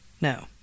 No